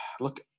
Look